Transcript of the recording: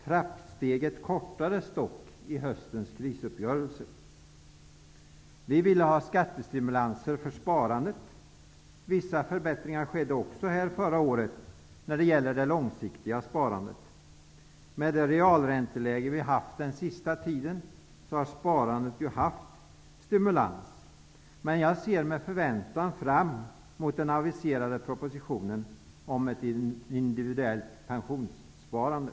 Trappsteget kortades dock i höstens krisuppgörelse. För det andra ville vi ha skattestimulanser för sparandet. Vissa förbättringar skedde även på det här området förra året, när det gäller det långsiktiga sparandet. Med det realränteläge som vi haft den senaste tiden har sparandet stimulerats. Jag ser med förväntan fram mot den aviserade propositionen om ett individuellt pensionssparande.